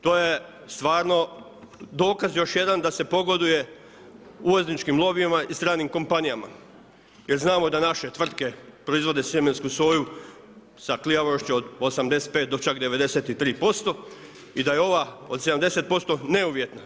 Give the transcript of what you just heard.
To je stvarno dokaz još jedan da se pogoduje uvozničkim lobijima i stranim kompanijama, jer znamo da naše tvrtke proizvode sjemensku soju sa klijavošću od 85 do čak 93% i da je ova od 70% ne uvjetna.